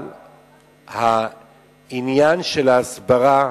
אבל העניין של ההסברה,